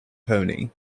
pony